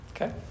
Okay